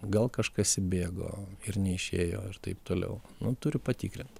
gal kažkas įbėgo ir neišėjo ir taip toliau turi patikrint